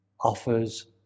offers